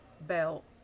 belt